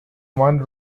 one